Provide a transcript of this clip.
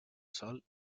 sol